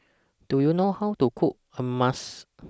Do YOU know How to Cook Hummus